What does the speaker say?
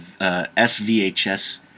SVHS